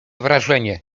wrażenie